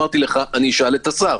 שאשאל את השר.